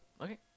okay